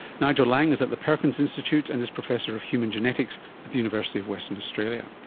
nigel laing is at the perkins institute and is professor of human genetics at the university of western australia.